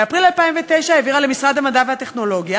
באפריל 2009 העבירה אותה למשרד המדע והטכנולוגיה,